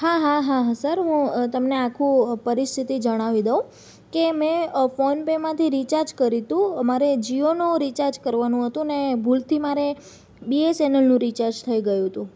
હા હા હા હા સર હું તમને આખું પરિસ્થિતિ જણાવી દઉં કે મેં ફોનપેમાંથી રિચાર્જ કર્યું તું મારે જીઓનું રિચાર્જ કરવાનું હતું ને ભૂલથી મારે બીએસએનએલનું રિચાર્જ થઈ ગયું તું